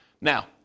Now